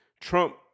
Trump